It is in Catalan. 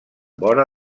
vora